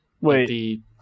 Wait